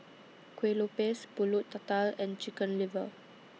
Kuih Lopes Pulut Tatal and Chicken Liver